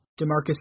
DeMarcus